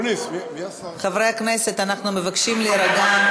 חברי הכנסת, אנחנו מבקשים להירגע,